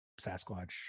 Sasquatch